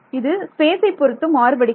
இது ஸ்பேசை பொறுத்து மாறுபடுகிறது